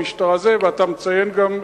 ואתה מציין גם,